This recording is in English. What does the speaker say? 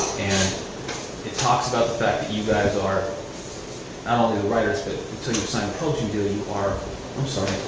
and it talks about the fact that you guys are not only the writers but until you sign a promotion deal, you are um so